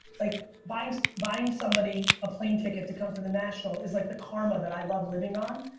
like buying so buying somebody, a plane ticket to come to the national is like the karma that i love living on.